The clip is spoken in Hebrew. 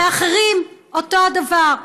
ואחרים אותו הדבר.